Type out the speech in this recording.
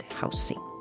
housing